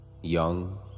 young